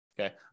okay